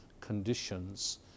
conditions